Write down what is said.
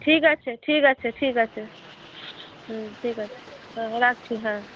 ঠিক আছে ঠিক আছে ঠিক আছে হুম ঠিক আছে হ্যাঁ রাখছি হ্যাঁ